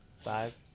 Five